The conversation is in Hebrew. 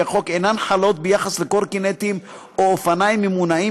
החוק אינן חלות ביחס לקורקינטים או אופניים ממונעים,